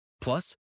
Plus